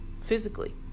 physically